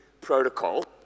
protocol